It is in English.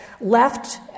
left